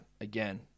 again